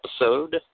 episode